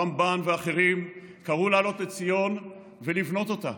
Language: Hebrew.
הרמב"ן ואחרים קראו לעלות לציון ולבנות אותה,